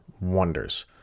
wonders